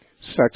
sex